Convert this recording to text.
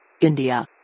India